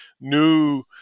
new